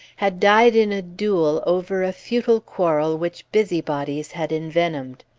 had died in a duel over a futile quarrel which busybodies had envenomed.